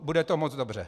Bude to moc dobře.